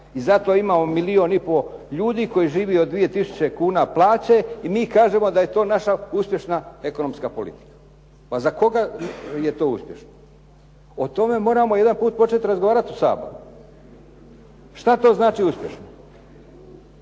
I zato imamo milijun i pol ljudi koji žive od 2000 kuna plaće. I mi kažemo da je to naša uspješna ekonomska politika. Pa za koga je to uspješno? O tome moramo jedanput počet razgovarat u Saboru. Šta to znači uspješno?